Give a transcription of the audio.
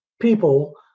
people